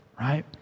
Right